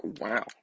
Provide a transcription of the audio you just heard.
wow